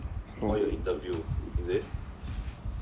for your interview is it